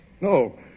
No